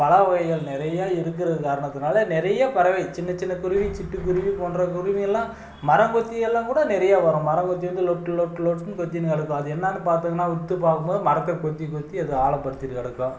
பறவைகள் நிறைய இருக்கிற காரணத்துனால் நிறைய பறவை சின்னச் சின்னக் குருவி சிட்டுக் குருவி போன்ற குருவியெல்லாம் மரங்கொத்தியலாம் கூட நிறைய வரும் மரங்கொத்தி வந்து லொட்டு லொட்டு லொட்டுனு கொத்தினு கிடக்கும் அது என்னனு பார்த்திங்கன்னா உற்று பார்க்கும்போது மரத்தை கொத்தி கொத்தி அது ஆழப்படுத்திட்டு கிடக்கும்